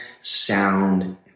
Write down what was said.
sound